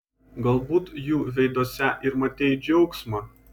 galbūt jų veiduose ir matei džiaugsmą